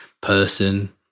person